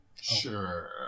Sure